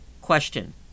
Question